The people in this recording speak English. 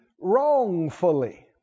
wrongfully